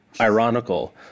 ironical